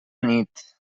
nit